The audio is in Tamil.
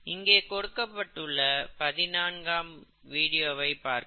இங்கே கொடுக்கப்பட்டுள்ள 14வது வீடியோவை பார்க்கவும்